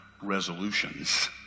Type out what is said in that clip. resolutions